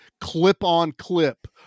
clip-on-clip